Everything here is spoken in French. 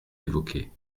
évoquez